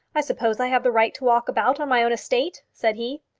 i suppose i have a right to walk about on my own estate? said he.